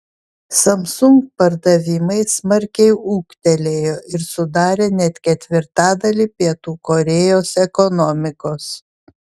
samsung pardavimai smarkiai ūgtelėjo ir sudarė net ketvirtadalį pietų korėjos ekonomikos